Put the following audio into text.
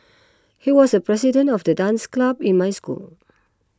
he was the president of the dance club in my school